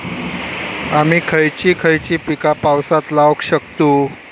आम्ही खयची खयची पीका पावसात लावक शकतु?